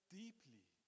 deeply